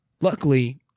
luckily